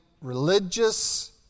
religious